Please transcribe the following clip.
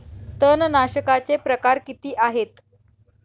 तणनाशकाचे प्रकार किती आहेत?